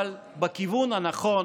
אבל בכיוון הנכון.